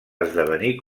esdevenir